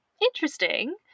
Interesting